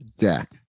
Jack